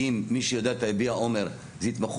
זה דבר